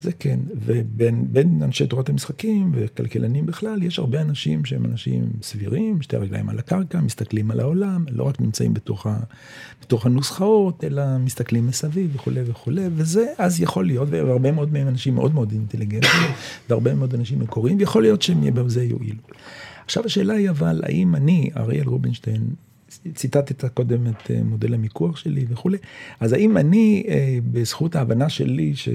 זה כן, ובין, בין אנשי תורת המשחקים, וכלכלנים בכלל, יש הרבה אנשים שהם אנשים סבירים, שתי הרגליים על הקרקע, מסתכלים על העולם, לא רק נמצאים בתוך ה-, תוך הנוסחאות, אלא מסתכלים מסביב וכולי וכולי, וזה אז יכול להיות, והרבה מאוד מהם אנשים מאוד מאוד אינטליגנטיים, והרבה מאוד אנשים מקוריים, ויכול להיות שהם בזה יועילו. עכשיו השאלה היא אבל, האם אני, אריאל רובינשטיין, ציטטת קודם את מודל המיקוח שלי וכולי, אז האם אני, בזכות ההבנה שלי,